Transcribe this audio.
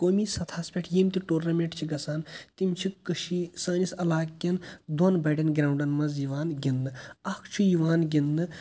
قومی سَطحَس پٮ۪ٹھ یم تہِ ٹورنامٮ۪نٛٹ چھِ گَژھان تِم چھِ کٔشیٖر سٲنِس علاقعہ کٮ۪ن دۄن بَڑٮ۪ن گرٛانٛوڈَن منٛز یِوان گِنٛدنہٕ اَکھ چھُ یِوان گِنٛدنہٕ